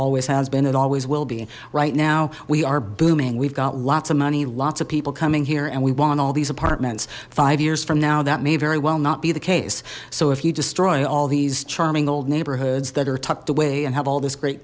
always has been it always will be right now we are booming we've got lots of money lots of people coming here and we want all these apartments five years from now that may very well not be the case so if you destroy all these charming old neighborhoods that are tucked away and have all this great